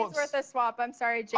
what swapping out, sorry,